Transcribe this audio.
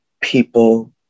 people